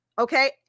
Okay